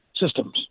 systems